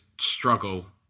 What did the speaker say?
struggle